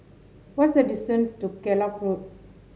what's the distance to Kellock Road